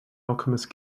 alchemist